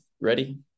ready